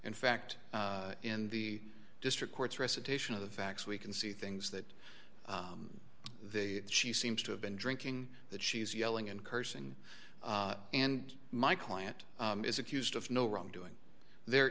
in fact in the district courts recitation of the facts we can see things that they she seems to have been drinking that she's yelling and cursing and my client is accused of no wrongdoing there